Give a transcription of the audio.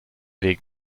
weg